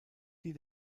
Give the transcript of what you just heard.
die